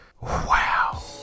wow